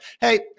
hey